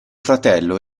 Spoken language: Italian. fratello